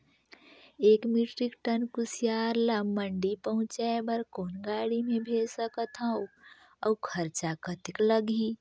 एक metric tonne कुसियार ल मंडी पहुंचाय बर कौन गाड़ी मे भेज सकत हव अउ खरचा कतेक लगही?